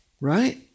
right